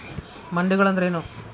ಮಂಡಿಗಳು ಅಂದ್ರೇನು?